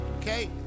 Okay